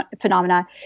phenomena